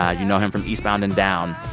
ah you know him from eastbound and down.